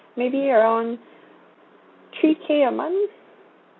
maybe I want three K a month